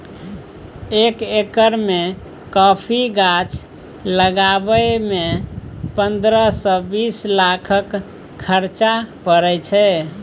एक एकर मे कॉफी गाछ लगाबय मे पंद्रह सँ बीस लाखक खरचा परय छै